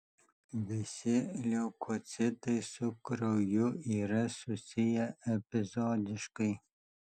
visi leukocitai su krauju yra susiję epizodiškai